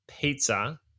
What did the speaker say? pizza